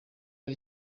ari